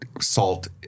Salt